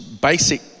basic